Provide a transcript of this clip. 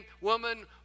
woman